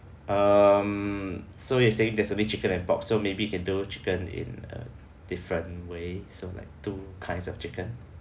um so you are saying there's only chicken and pork so maybe can do chicken in a different way so like two kinds of chicken